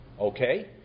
Okay